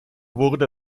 wurde